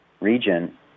region